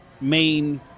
main